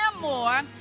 more